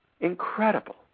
Incredible